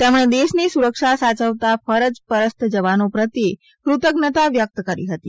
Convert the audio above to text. તેમણે દેશની સુરક્ષા સાયવતા ફરજ પરસ્ત જવાનો પ્રત્યે ફતજ્ઞતા વ્યક્ત કરી હતી